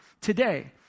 today